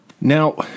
Now